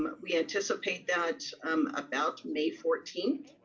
but we anticipate that about may fourteenth,